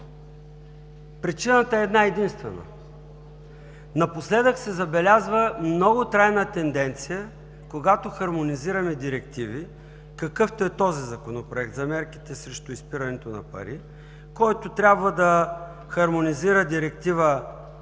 Причината е една-единствена – напоследък се забелязва много трайна тенденция, когато хармонизираме директиви, какъвто е този Законопроект за мерките срещу изпирането на пари, който трябва да хармонизира изискванията